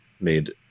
made